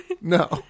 No